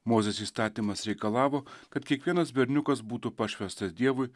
mozės įstatymas reikalavo kad kiekvienas berniukas būtų pašvęstas dievui